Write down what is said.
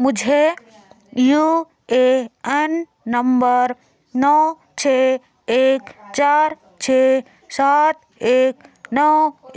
मुझे U A N number नौ छ एक चार छ सात एक नौ